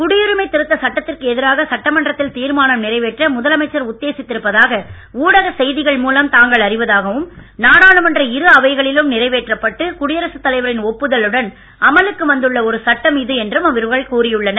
குடியுரிமை திருத்த சட்டத்திற்கு எதிராக சட்டமன்றத்தில் தீர்மானம் நிறைவேற்ற முதலமைச்சர் உத்தேசித்திருப்பதாக ஊடகச் செய்திகள் மூலம் தாங்கள் அறிவதாகவும் நாடாளுமன்ற இரு அவைகளிலும் நிறைவேற்றப் பட்டு குடியரசுத் தலைவரின் ஒப்புதலுடன் அமலுக்கு வந்துள்ள ஒரு சட்டம் இது என்றும் இவர்கள் கூறியுள்ளனர்